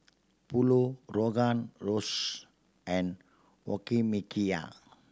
Pulao Rogan Josh and Okonomiyaki